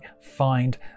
find